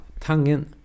Tangen